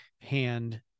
hand